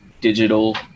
digital